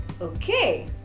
okay